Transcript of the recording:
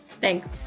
Thanks